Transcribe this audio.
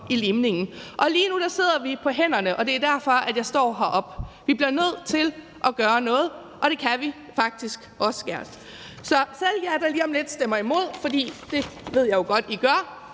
i limningen, og lige nu sidder vi på hænderne, og det er derfor, at jeg står heroppe på talerstolen. For vi bliver nødt til at gøre noget, og det kan vi faktisk også godt. Så jeg vil selv til jer, der lige om lidt stemmer imod – for det ved jeg jo godt at I gør